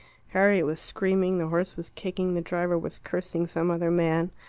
harriet was screaming, the horse was kicking, the driver was cursing some other man.